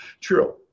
true